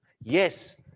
Yes